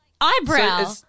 eyebrow